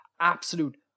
absolute